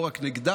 לא רק נגדה.